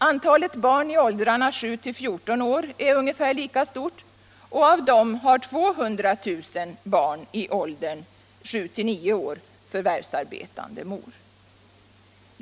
Antalet barn i åldrarna 7-14 år är ungefär lika stort, och av dem har 200 000 barn i åldern 7-9 år förvärvsarbetande mor.